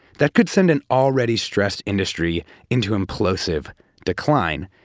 that could send an already stressed industry into implosive decline,